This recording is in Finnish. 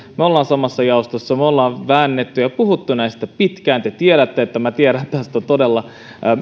me olemme samassa jaostossa me olemme vääntäneet ja puhuneet näistä pitkään te tiedätte että minä tiedän tästä todella